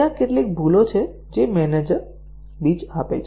આ કેટલીક ભૂલો છે જે મેનેજર બીજ આપે છે